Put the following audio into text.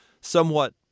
somewhat